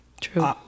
True